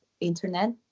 internet